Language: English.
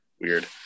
weird